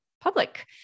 public